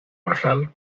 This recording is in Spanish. basal